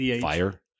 fire